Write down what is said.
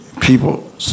People